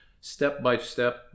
step-by-step